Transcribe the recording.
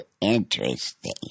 interesting